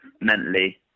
mentally